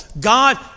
God